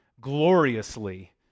gloriously